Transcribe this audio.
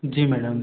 जी madam